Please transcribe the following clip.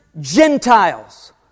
Gentiles